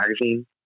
magazine